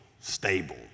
Stable